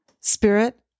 Spirit